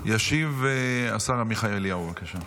ישיב השר עמיחי אליהו, בבקשה.